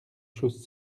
choses